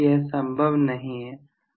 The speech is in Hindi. यह संभव नहीं है